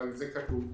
אבל זה כתוב.